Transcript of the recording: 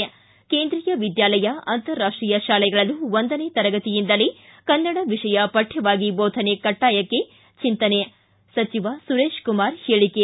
ಿ ಕೇಂದ್ರೀ ವಿದ್ಯಾಲಯ ಅಂತರರಾಷ್ಟೀಯ ಶಾಲೆಗಳಲ್ಲೂ ಒಂದನೇ ತರಗತಿಯಿಂದಲೇ ಕನ್ನಡ ವಿಷಯ ಪಕ್ಕವಾಗಿ ಬೋಧನೆ ಕಡ್ಡಾಯಕ್ಕೆ ಚಿಂತನೆ ಸಚಿವ ಸುರೇಶ ಕುಮಾರ್ ಹೇಳಿಕೆ